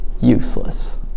useless